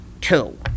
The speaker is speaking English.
Two